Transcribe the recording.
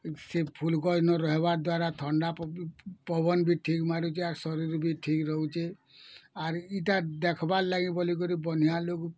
ସେ ଫୁଲଗଛ୍ ନ ରହିବାଦ୍ୱାରା ଥଣ୍ଡା ପବନ୍ ବି ଠିକ୍ ମାରୁଛି ଆର୍ ଶରୀରର ବି ଠିକ୍ ରହୁଚେ ଆର୍ ଇଟା ଦେଖ୍ବାର୍ ଲାଗି ବୋଲିକରି ବନିଆଲୁ